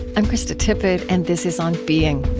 i'm krista tippett and this is on being.